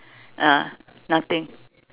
ah nothing